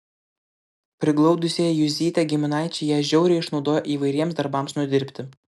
priglaudusieji juzytę giminaičiai ją žiauriai išnaudojo įvairiems darbams nudirbti